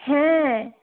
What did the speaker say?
হ্যাঁ